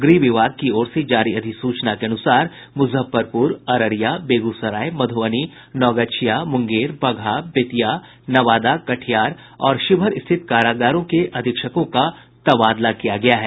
गृह विभाग की ओर से जारी अधिसूचना के अनुसार मुजफ्फरपुर अररिया बेगूसराय मधुबनी नवगछिया मुंगेर बगहा बेतिया नवादा कटिहार और शिवहर स्थित कारागारों के अधीक्षकों का तबादला किया गया है